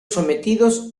sometidos